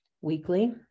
weekly